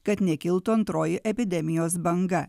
kad nekiltų antroji epidemijos banga